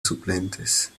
suplentes